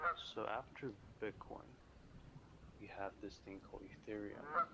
so after bitcoin you have this thing called ethereum.